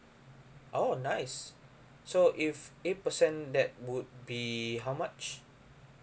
oh nice so if eight percent that would be how much